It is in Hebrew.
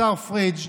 השר פריג',